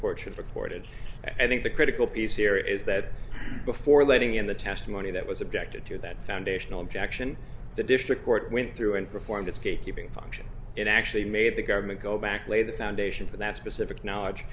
have reported i think the critical piece here is that before letting in the testimony that was objected to that foundational objection the district court went through and performed its gatekeeping function it actually made the government go back to lay the foundation for that specific knowledge